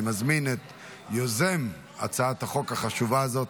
אני מזמין את יוזם הצעת החוק החשובה הזאת,